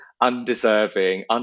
undeserving